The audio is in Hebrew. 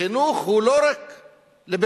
החינוך הוא לא רק בבית-הספר.